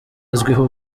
azwiho